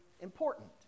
important